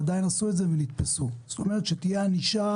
כמובן, כמובן, כמובן שיהיו התאמות, יהיו